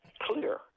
clear